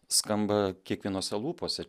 skamba kiekvienose lūpose